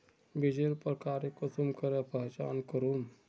बीजेर प्रकार कुंसम करे पहचान करूम?